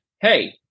Hey